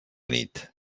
nit